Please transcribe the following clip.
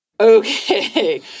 Okay